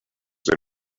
they